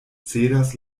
cedas